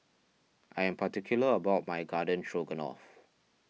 I am particular about my Garden Stroganoff